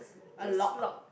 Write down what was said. a lock